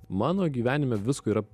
mano gyvenime visko yra